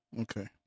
okay